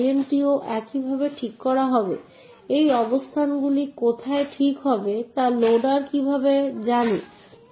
আমরা দেখতে পাই যে অপারেটিং সিস্টেম সংজ্ঞায়িত করতে পারে কিভাবে বিভিন্ন অবজেক্টের অ্যাক্সেস থাকতে পারে বিভিন্ন অবজেক্টে সেই সিস্টেমের অনুরণন করে